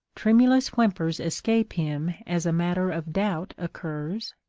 tremulous whimpers escape him as a matter of doubt occurs,